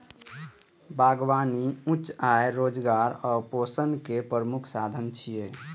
बागबानी उच्च आय, रोजगार आ पोषण के प्रमुख साधन छियै